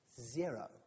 Zero